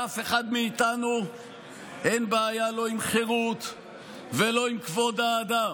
לאף אחד מאיתנו אין בעיה לא עם חירות ולא עם כבוד האדם.